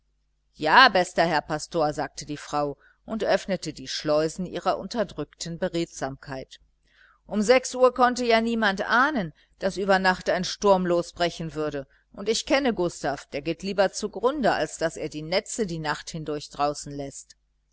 ja bester herr pastor sagte die frau und öffnete die schleusen ihrer unterdrückten beredsamkeit um sechs uhr konnte ja niemand ahnen daß über nacht ein sturm losbrechen würde und ich kenne gustav der geht lieber zugrunde als daß er die netze die nacht hindurch draußen läßt